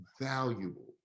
valuable